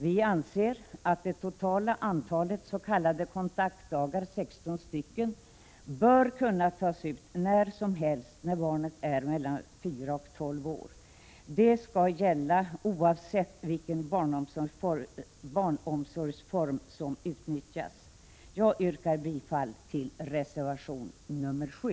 Vi anser att det totala antalet s.k. kontaktdagar, 16 stycken, bör kunna tas ut när som helst när barnet är mellan fyra och tolv år. Detta skall gälla oavsett vilken barnomsorgsform som utnyttjas. Jag yrkar bifall till reservation nr 7.